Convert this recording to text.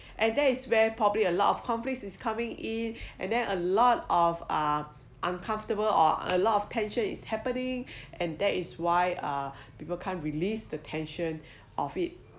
and that is where probably a lot of conflicts is coming in and then a lot of uh uncomfortable or a lot of tension is happening and that is why uh people can't release the tension of it